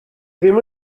ddim